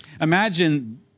Imagine